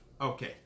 okay